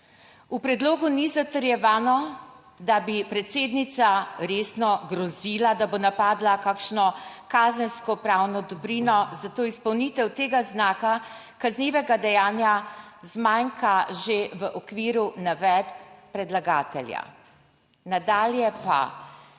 V predlogu ni zatrjevano, da bi predsednica resno grozila, da bo napadla kakšno kazenskopravno dobrino, zato izpolnitev tega znaka kaznivega dejanja zmanjka že v okviru navedb predlagatelja. Nadalje pa,